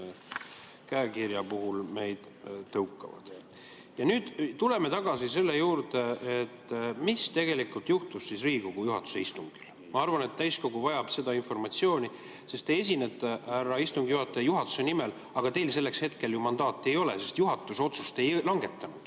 nüüd tagasi selle juurde, mis tegelikult juhtus Riigikogu juhatuse istungil. Ma arvan, et täiskogu vajab seda informatsiooni, sest te esinete, härra istungi juhataja, juhatuse nimel, aga teil selleks hetkel ju mandaati ei ole, sest juhatus otsust ei langetanud.